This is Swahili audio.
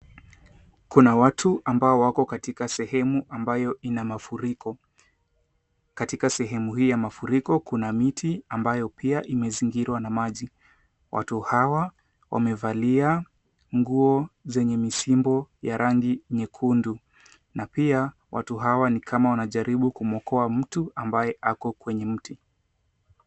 Kuna watu ambao wako katika sehemu ambayo ina mafuriko. Katika sehemu hii ya mafuriko kuna miti ambayo pia imezingirwa na maji. Watu hawa wamevalia nguo zenye misimbo ya rangi nyekundu na pia watu hawa ni kama wanajaribu kumwokoa mtu ambaye ako kwenye mti.